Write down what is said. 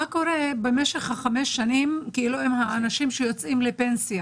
מה קורה במשך חמש השנים עם האנשים שיוצאים לפנסיה